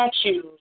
statues